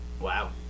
Wow